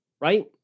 right